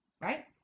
Right